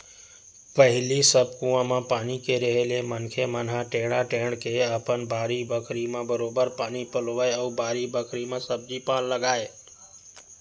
पहिली सब कुआं म पानी के रेहे ले मनखे मन ह टेंड़ा टेंड़ के अपन बाड़ी बखरी म बरोबर पानी पलोवय अउ बारी बखरी म सब्जी पान लगाय